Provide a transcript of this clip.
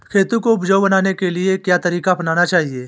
खेती को उपजाऊ बनाने के लिए क्या तरीका अपनाना चाहिए?